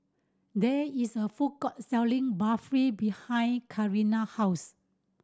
there is a food court selling Barfi behind Karina house